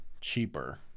cheaper